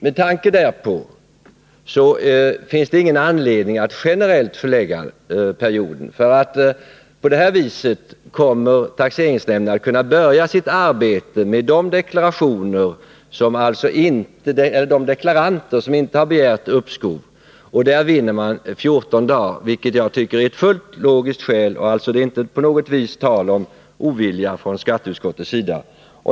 Med tanke därpå finns det ingen anledning att generellt förlänga perioden. Nu kommer taxeringsnämnderna att kunna börja sitt arbete med deklarationerna från de deklaranter som inte har begärt uppskov. Där vinner man 14 dagar, vilket jag tycker är ett fullt logiskt skäl. Det är alltså inte på något vis fråga om ovilja från skatteutskottets sida.